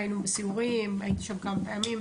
היינו בסיורים, הייתי שם כמה פעמים.